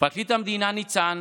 פרקליט המדינה ניצן